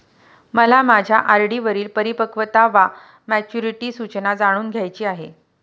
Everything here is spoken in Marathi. मला माझ्या आर.डी वरील परिपक्वता वा मॅच्युरिटी सूचना जाणून घ्यायची आहे